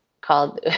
called